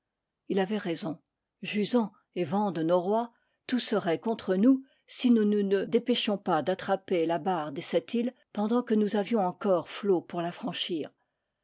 avait raison jusant et vent de noroît tout serait contre nous si nous ne nous dépêchions pas d'attraper la barre des sept iles pendant que nous avions encore flot pour la franchir